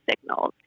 signals